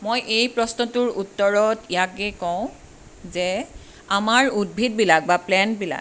মই এই প্ৰশ্নটোৰ উত্তৰত ইয়াকে কওঁ যে আমাৰ উদ্ভিদবিলাক বা প্লেণ্টবিলাক